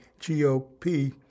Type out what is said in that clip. GOP